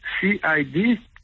C-I-D